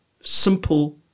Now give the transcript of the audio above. simple